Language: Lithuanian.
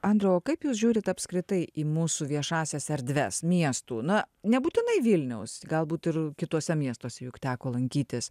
andriau o kaip jūs žiūrit apskritai į mūsų viešąsias erdves miestų na nebūtinai vilniaus galbūt ir kituose miestuose juk teko lankytis